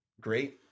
great